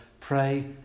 pray